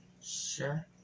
Sure